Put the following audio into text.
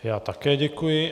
Já také děkuji.